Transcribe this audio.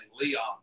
Leon